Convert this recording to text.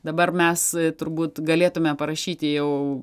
dabar mes turbūt galėtume parašyti jau